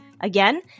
Again